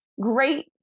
great